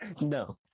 No